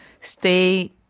stay